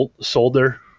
Solder